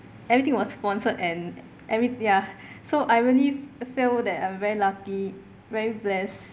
everything was sponsored and every ya so I really feel that I'm very lucky very blessed